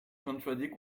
contradict